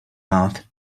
mouth